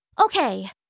Okay